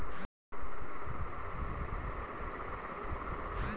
दूध से घी, मक्खन, दही, मट्ठा, छाछ आदि बहुत सारे खाद्य पदार्थ बनाए जाते हैं